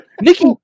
Nikki